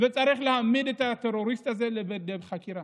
וצריך להעמיד את הטרוריסט הזה לחקירה.